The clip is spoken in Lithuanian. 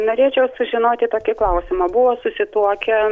norėčiau sužinoti tokį klausimą buvo susituokę